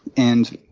and